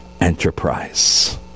enterprise